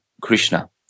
Krishna